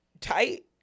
tight